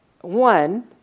One